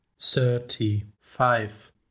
thirty-five